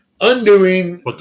undoing